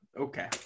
Okay